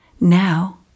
Now